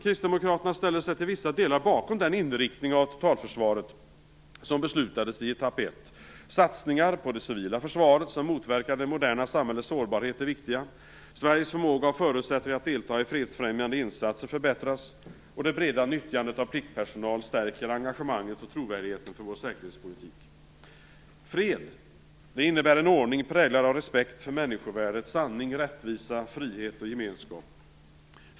Kristdemokraterna ställer sig till vissa delar bakom den inriktning av totalförsvaret som beslutades i etapp ett. Satsningar på det civila försvaret som motverkar det moderna samhällets sårbarhet är viktiga. Sveriges förmåga och förutsättningar att delta i fredsfrämjande insatser förbättras, och det breda nyttjandet av pliktpersonal stärker engagemanget och trovärdigheten för vår säkerhetspolitik. Fred innebär en ordning präglad av respekt för människovärdet, sanning, rättvisa, frihet och gemenskap.